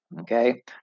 okay